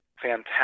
fantastic